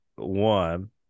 one